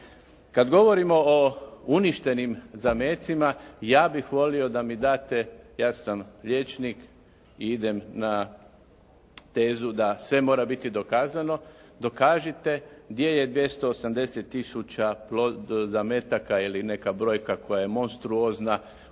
Kad govorimo o uništenim zamecima ja bih volio da mi date, ja sam liječnik i idem na tezu da sve mora biti dokazano, dokažite gdje je 280 tisuća zametaka ili neka brojka koja je monstruozna uništeno,